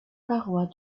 paroi